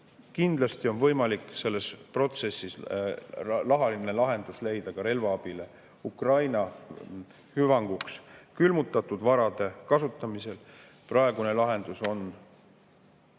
Kindlasti on võimalik selles protsessis rahaline lahendus leida ka relvaabile Ukraina hüvanguks külmutatud varade kasutamise teel. Praegune lahendus on